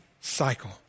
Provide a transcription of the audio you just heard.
cycle